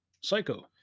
psycho